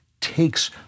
takes